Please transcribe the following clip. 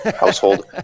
household